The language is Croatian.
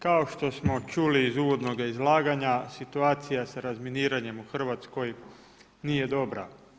Kao što smo čuli iz uvodnoga izlaganja, situacija sa razminiranje u Hrvatskoj nije dobra.